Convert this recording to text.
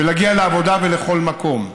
ולהגיע לעבודה ולכל מקום.